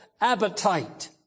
appetite